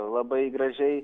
labai gražiai